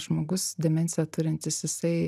žmogus demenciją turintis jisai